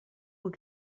will